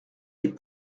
les